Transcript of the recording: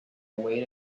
await